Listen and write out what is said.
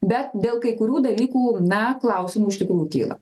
bet dėl kai kurių dalykų na klausimų iš tikrųjų kyla